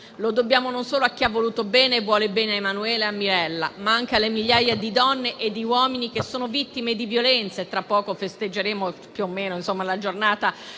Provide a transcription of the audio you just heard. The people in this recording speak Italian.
Lo dobbiamo non solo a chi ha voluto e vuole bene a Emanuele e a Mirella, ma anche alle migliaia di donne e di uomini che sono vittime di violenza (tra poco, tra l'altro, celebreremo la Giornata